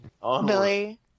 Billy